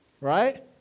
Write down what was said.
Right